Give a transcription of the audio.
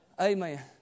Amen